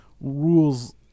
rules